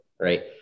right